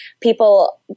people